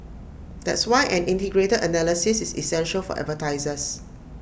that's why an integrated analysis is essential for advertisers